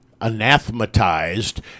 Anathematized